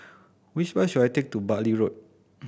which bus should I take to Bartley Road